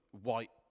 white